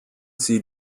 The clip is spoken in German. sie